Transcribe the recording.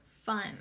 fun